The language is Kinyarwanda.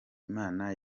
imana